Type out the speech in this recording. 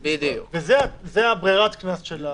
וזה ברירת הקנס.